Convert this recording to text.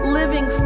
living